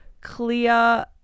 clear